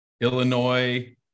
Illinois